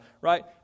right